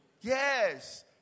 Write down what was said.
yes